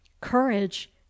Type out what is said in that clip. Courage